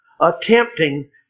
attempting